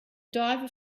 diver